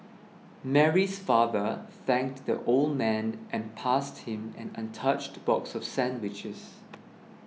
Mary's father thanked the old man and passed him an untouched box of sandwiches